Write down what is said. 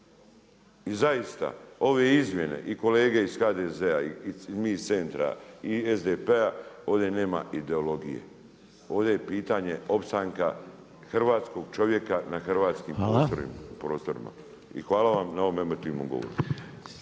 I zaista, ove izmjene i kolege iz HDZ-a i mi iz centra i SDP-a, ovdje nema ideologije. Ove je pitanje opstanka hrvatskog čovjeka na hrvatskim prostorima. I hvala vam…/govornik se